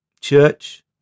Church